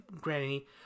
Granny